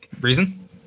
Reason